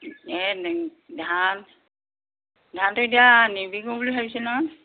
এই দি ধান ধানটো এতিয়া নিবিকোঁ বুলি ভাবিছোঁ নহয়